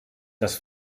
das